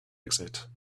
exit